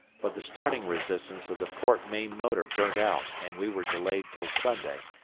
but the starting resistance of the port main motor burnt out and we were delayed till sunday,